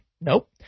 Nope